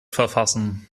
verfassen